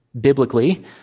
biblically